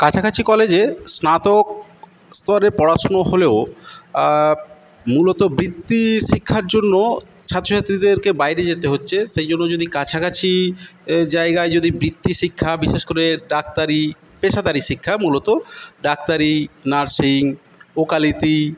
কাছাকাছি কলেজে স্নাতক স্তরে পড়াশুনো হলেও মূলত বৃত্তি শিক্ষার জন্য ছাত্রছাত্রীদেরকে বাইরে যেতে হচ্ছে সেইজন্য যদি কাছাকাছি জায়গায় যদি বৃত্তি শিক্ষা বিশেষ করে ডাক্তারি পেশাদারী শিক্ষা মূলত ডাক্তারি নার্সিং ওকালতি